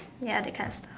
ya that kind of